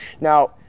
now